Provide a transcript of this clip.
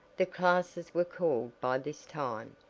the classes were called by this time,